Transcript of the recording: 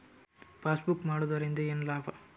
Passbook ಮಾಡುದರಿಂದ ಏನು ಲಾಭ?